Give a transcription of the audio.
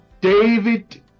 David